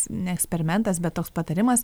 ne eksperimentas bet toks patarimas